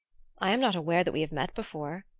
i am not aware that we have met before,